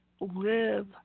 live